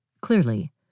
Clearly